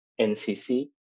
NCC